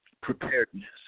preparedness